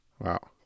Wow